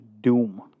Doom